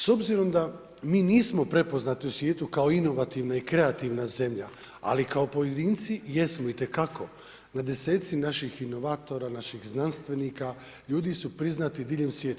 S obzirom da mi nismo prepoznati u svijetu kao inovativna i kreativna zemlja ali kao pojedinci jesmo itekako, na deseci naših inovatora, naših znanstvenika ljudi su priznati diljem svijeta.